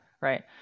Right